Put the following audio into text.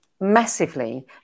massively